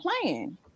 playing